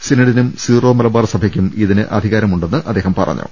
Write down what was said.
സിന ഡിനും സിറോ മലബാർ സഭയക്കും ഇതിന് അധികാരമു ണ്ടെന്നും അദ്ദേഹം പറഞ്ഞു